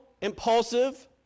impulsive